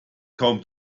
kaum